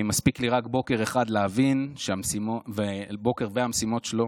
מספיק לי רק בוקר אחד והמשימות שלו